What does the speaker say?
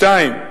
שנית,